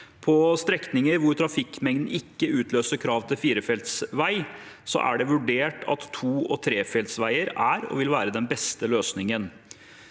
På strekninger hvor trafikkmengden ikke utløser krav til firefelts vei, er det vurdert at to- og trefelts veier vil være den beste løsningen.